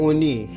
Oni